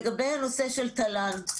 לגבי הנושא של תל"ן,